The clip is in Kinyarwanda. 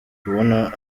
kumubona